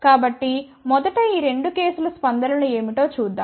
కాబట్టి మొదట ఈ 2 కేసుల స్పందనలు ఏమిటో చూద్దాం